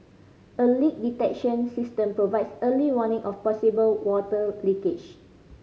a leak detection system provides early warning of possible water leakage